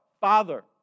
Father